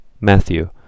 Matthew